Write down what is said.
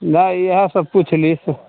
दाइ इएह सब पुछलि